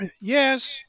Yes